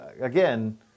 again